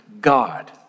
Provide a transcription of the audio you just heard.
God